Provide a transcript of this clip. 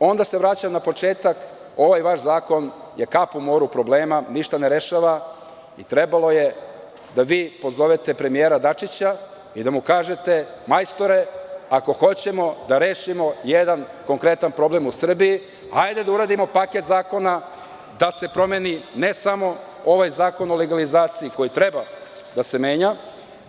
Onda se vraćam na početak, ovaj vaš zakon je kap u moru problema, ništa ne rešava i trebalo je da vi pozovete premijera Dačića i da mu kažete – majstore, ako hoćemo da rešimo jedan konkretan problem u Srbiji hajde da uradimo paket zakona i da se promeni, ne samo, ovaj Zakon o legalizaciji koji treba da se menja